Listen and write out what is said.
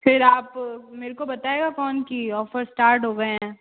फिर आप मेरको बतायेगा कौन की ऑफर स्टार्ट हो गए हैं